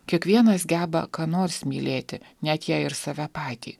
kiekvienas geba ką nors mylėti net jei ir save patį